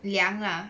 凉 ah